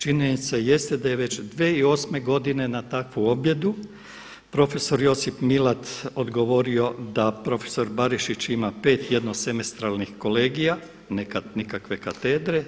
Činjenica jeste da je već 2008. godinu na takvu objedu prof. Josip Milat odgovorio da profesor Barišić ima 5 jednosemestralnih kolegija, nikakve katedre.